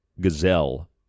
gazelle